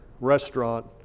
restaurant